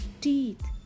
teeth